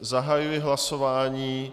Zahajuji hlasování.